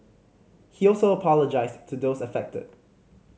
he also apologised to those affected